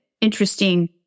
interesting